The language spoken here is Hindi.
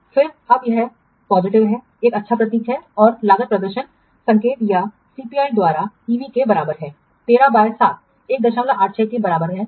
फिर अब यह सकारात्मक है एक अच्छा प्रतीक और लागत प्रदर्शन संकेतक या सीपीआई एसी द्वारा ईवी के बराबर है 13 बाय 7 186 के बराबर है